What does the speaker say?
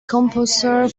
composer